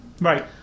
Right